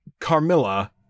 Carmilla